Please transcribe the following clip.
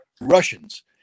Russians